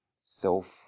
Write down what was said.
self